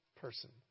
person